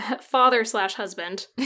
father-slash-husband